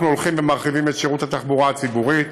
הולכים ומרחיבים את שירות התחבורה הציבורית,